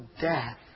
death